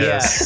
Yes